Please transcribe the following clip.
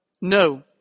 No